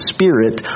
Spirit